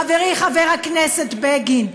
את הדרך, חברי חבר הכנסת בגין,